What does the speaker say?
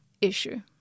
issue